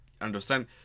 understand